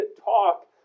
talk